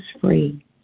free